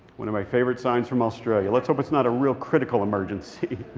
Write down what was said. one of my favorite signs from australia. let's hope it's not a real critical emergency.